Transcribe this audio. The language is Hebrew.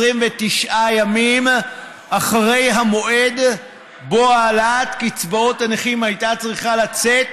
29 ימים אחרי המועד שבו העלאת קצבאות הנכים הייתה צריכה לצאת